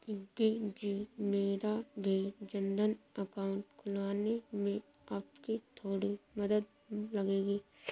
पिंकी जी मेरा भी जनधन अकाउंट खुलवाने में आपकी थोड़ी मदद लगेगी